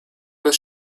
was